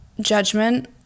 judgment